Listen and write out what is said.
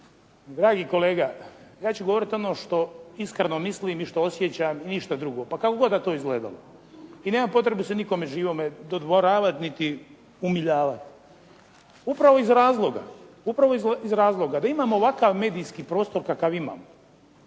Dragi kolega, ja ću govoriti ono što iskreno mislim i što osjećam, ništa drugo pa kako god da to izgledalo i nemam potrebe se nikome živome dodvoravat niti umiljavat. Upravo iz razloga da imam ovakav medijski prostor kakav imam,